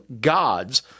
gods